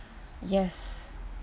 yes